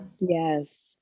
yes